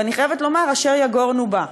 ואני חייבת לומר: אשר יגורנו בא,